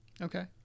Okay